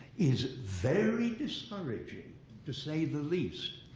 is very discouraging to say the least.